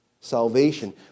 salvation